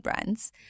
brands